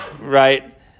right